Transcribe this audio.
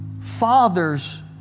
Fathers